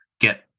get